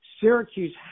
Syracuse